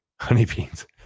Honeybees